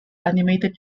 animated